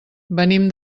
venim